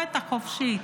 התקשורת החופשית.